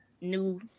new